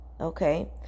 okay